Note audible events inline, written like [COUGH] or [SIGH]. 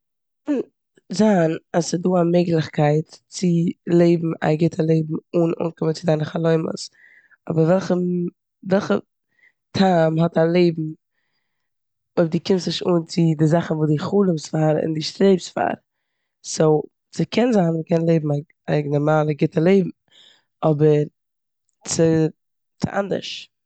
[UNINTELLIGIBLE] זיין אז ס'איז דא א מעגליכקייט צו לעבן א גוטע לעבן אן אנקומען צו דיינע חלומות. אבער וועלכע מ- וועלכע טעם האט א לעבן אויב דו קומסט נישט אן צו די זאכן וואס דו חלומ'סט פאר און דו שטרעבסט פאר. סאו ס'קען זיין אז מ'קען לעבן [UNINTELLIGIBLE] א נארמאלע גוטע לעבן אבער ס'איז- ס'אנדערש.